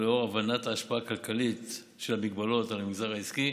לאור הבנת ההשפעה הכלכלית של ההגבלות על המגזר העסקי,